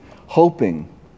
hoping